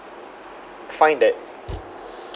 find that